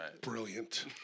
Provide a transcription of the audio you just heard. Brilliant